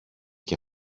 και